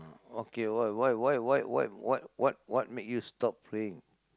okay why why why why what what what make you stop praying